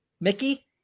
Mickey